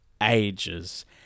ages